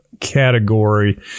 category